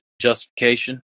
justification